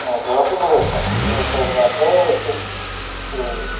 मोसौआथ' बोसोर बोसोर ब्लासो एसे देरो